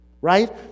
right